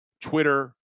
Twitter